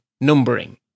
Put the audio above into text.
numbering